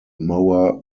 mower